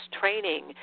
training